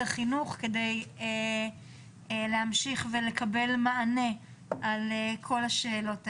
החינוך כדי לקבל מענה על כל השאלות האלו.